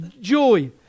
Joy